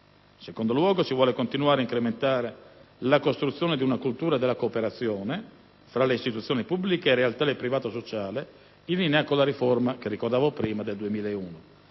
secondo luogo, si vuole continuare e incrementare la costruzione di una cultura della cooperazione tra istituzioni pubbliche e realtà del privato sociale, in linea con la riforma costituzionale del 2001,